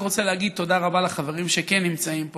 אני רק רוצה להגיד תודה רבה לחברים שכן נמצאים פה,